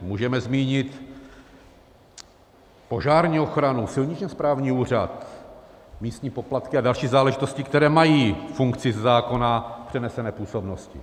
Můžeme zmínit požární ochranu, silniční a správní úřad, místní poplatky a další záležitosti, které mají funkci ze zákona přenesené působnosti.